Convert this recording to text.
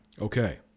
Okay